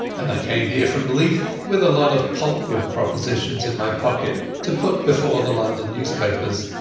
and i came here from leith with a lot of pulp-wood propositions in my pocket to put before the london newspapers.